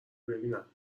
ببینم